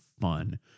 fun